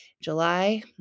July